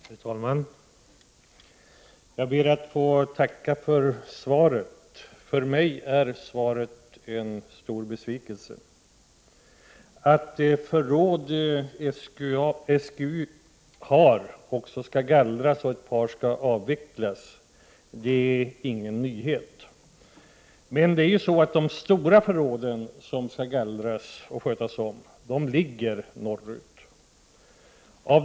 Herr talman! Jag ber att få tacka för svaret. För mig är svaret en stor besvikelse. Att de förråd SGU har skall gallras och att ett par av dem skall avvecklas är ingen nyhet. De stora förråd som skall gallras och skötas om ligger dock norrut.